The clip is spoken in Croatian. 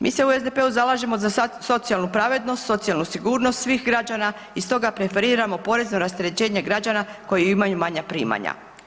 Mi se u SDP-u zalažemo za socijalnu pravednost, socijalnu sigurnost svih građana i stoga preferiramo porezno rasterećenje građana koji imaju manja primanja.